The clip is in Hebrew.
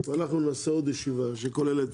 ואנחנו נעשה עוד ישיבה, שכוללת